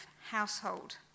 household